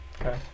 Okay